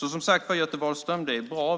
Det är som sagt var bra, Göte Wahlström,